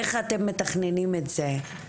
איך אתם מתכננים את זה?